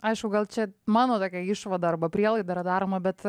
aišku gal čia mano tokia išvada arba prielaida yra daroma bet